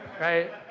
right